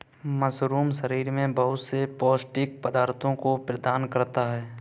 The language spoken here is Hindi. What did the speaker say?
मशरूम शरीर में बहुत से पौष्टिक पदार्थों को प्रदान करता है